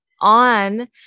on